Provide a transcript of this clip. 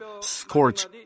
scorch